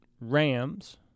Rams